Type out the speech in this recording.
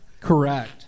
Correct